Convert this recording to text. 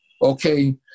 okay